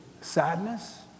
sadness